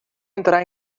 entrar